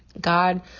God